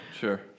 sure